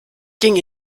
ging